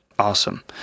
Awesome